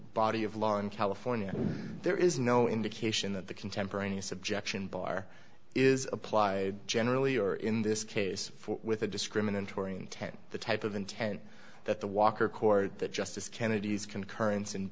body of law in california there is no indication that the contemporaneous objection bar is applied generally or in this case for with a discriminatory intent the type of intent that the walker court that justice kennedy's concurrence and